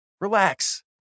Relax